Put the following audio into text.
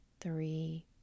three